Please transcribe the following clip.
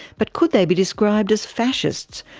but could they be described as fascists,